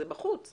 זה בחוץ,